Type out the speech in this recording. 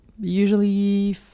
usually